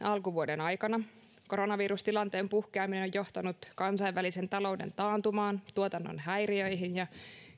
alkuvuoden aikana koronavirustilanteen puhkeaminen on johtanut kansainvälisen talouden taantumaan tuotannon häiriöihin ja